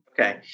Okay